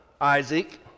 Isaac